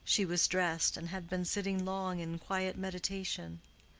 she was dressed, and had been sitting long in quiet meditation.